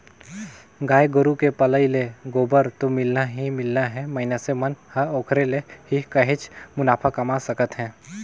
गाय गोरु के पलई ले गोबर तो मिलना ही मिलना हे मइनसे मन ह ओखरे ले ही काहेच मुनाफा कमा सकत हे